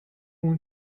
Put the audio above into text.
اون